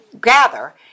gather